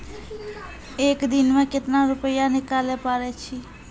एक दिन मे केतना रुपैया निकाले पारै छी?